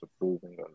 approving